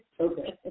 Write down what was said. Okay